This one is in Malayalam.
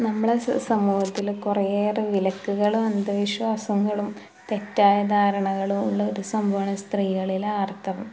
നമ്മളുടെ സ സമൂഹത്തിൽ കുറേയേറെ വിലക്കുകളും അന്ധവിശ്വാസങ്ങളും തെറ്റായ ധാരണകളും ഉള്ളൊരു സംഭവമാണ് സ്ത്രീകളിലെ ആര്ത്തവം